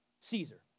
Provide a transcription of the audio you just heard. Caesar